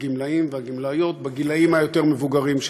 הגמלאים והגמלאיות בגילים היותר-מבוגרים.